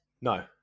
No